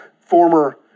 former